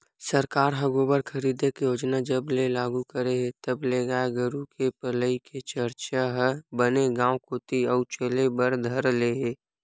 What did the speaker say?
सरकार ह गोबर खरीदे के योजना ल जब ले लागू करे हे तब ले गाय गरु के पलई के चरचा ह बने गांव कोती अउ चले बर धर ले हे